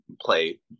play